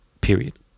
period